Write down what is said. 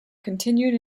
continued